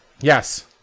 Yes